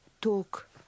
talk